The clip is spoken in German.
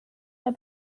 der